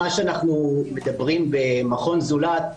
מה שאנחנו מדברים במכון "זולת",